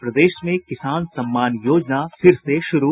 और प्रदेश में किसान सम्मान योजना फिर से शुरू